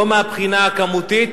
לא מהבחינה הכמותית